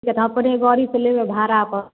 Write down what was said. नहि तऽ अपने गाड़ीसँ ले जाउ भाड़ा पर